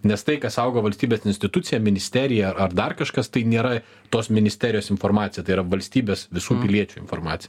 nes tai ką saugo valstybės institucija ministerija dar kažkas tai nėra tos ministerijos informacija tai yra valstybės visų piliečių informacija